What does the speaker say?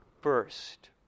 first